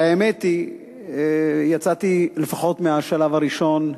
והאמת היא, יצאתי, לפחות מהשלב הראשון,